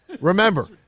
Remember